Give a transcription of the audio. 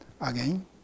again